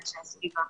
לאנשי הסביבה.